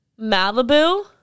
malibu